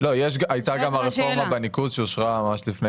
הייתה גם הרפורמה בניקוז שאושרה ממש לפני